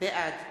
בעד